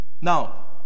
Now